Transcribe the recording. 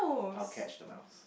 I'll catch the mouse